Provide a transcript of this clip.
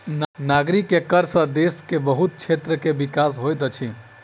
नागरिक के कर सॅ देश के बहुत क्षेत्र के विकास होइत अछि